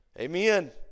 Amen